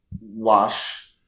wash